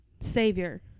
savior